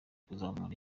kuzamura